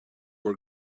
were